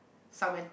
some went